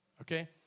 Okay